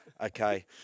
okay